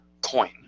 coin